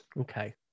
okay